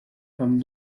comme